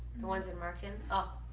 the ones in markin. ah.